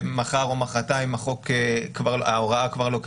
שמחר או מחרתיים ההוראה כבר לא קיימת,